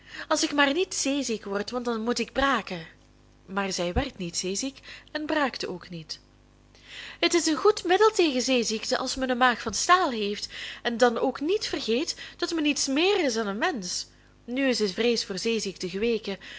als ik maar niet zeeziek word want dan moet ik braken maar zij werd niet zeeziek en braakte ook niet het is een goed middel tegen zeeziekte als men een maag van staal heeft en dan ook niet vergeet dat men iets meer is dan een mensch nu is de vrees voor zeeziekte geweken